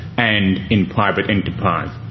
and in private enterprise.